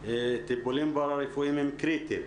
הטיפולים הפארה-רפואיים קריטיים,